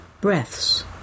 breaths